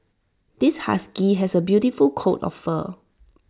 this husky has A beautiful coat of fur